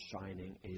shining